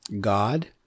God